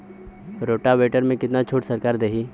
Rotavator में कितना छूट सरकार देही?